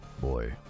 Boy